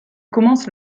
commence